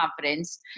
confidence